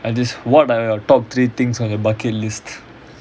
I ask this what are your top three things on your bucket list